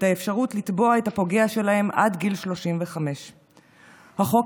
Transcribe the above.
את האפשרות לתבוע את הפוגע שלהם עד גיל 35. החוק